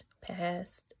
past